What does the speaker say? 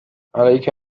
عليك